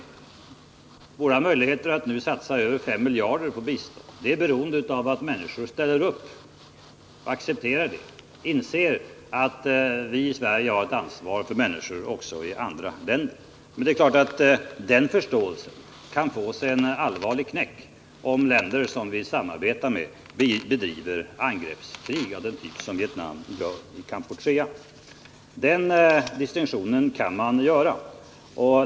Våra möjligheter att satsa över 5 miljarder på bistånd är beroende av att människor ställer upp och accepterar det — inser att vi i Sverige har ett ansvar för människor också i andra länder. Men den förståelsen kan få sig en allvarlig knäck om länder som vi samarbetar med bedriver angreppskrig av den typ som Vietnam för i Kampuchea.